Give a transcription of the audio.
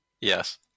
Yes